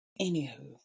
anywho